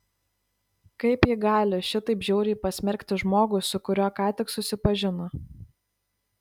kaip ji gali šitaip žiauriai pasmerkti žmogų su kuriuo ką tik susipažino